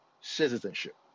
citizenship